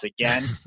again